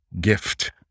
gift